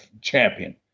champion